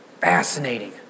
fascinating